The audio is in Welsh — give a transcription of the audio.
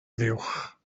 fuwch